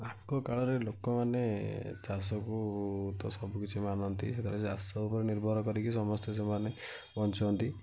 ଆଗ କାଳରେ ଲୋକମାନେ ଚାଷକୁ ତ ସବୁ କିଛି ମାନନ୍ତି ସେତେବେଳେ ଚାଷ ଉପରେ ନିର୍ଭର କରି ସମସ୍ତେ ସେମାନେ ବଞ୍ଚନ୍ତି